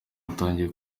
atangiye